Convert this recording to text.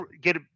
get